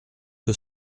que